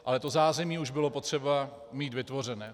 Ale to zázemí už bylo potřeba mít vytvořené.